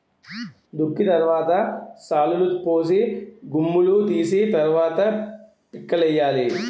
దుక్కి తరవాత శాలులుపోసి గుమ్ములూ తీసి తరవాత పిక్కలేయ్యాలి